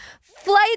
flight